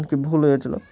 N কি ভুল হয়েছিলো